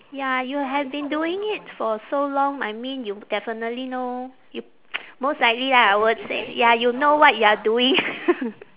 ya you have been doing it for so long I mean you definitely know you most likely lah I would say ya you know what you are doing